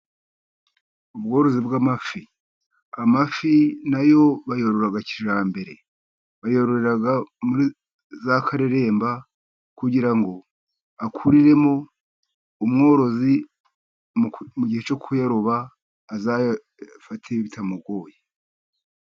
Ubworozi bw'amafi. Amafi nayo bayorora kijyambere, bayororera muri za kareremba, kugira ngo akuriremo. umworozi mu gihe cyo kuyaroba, azayafate bitamugoye,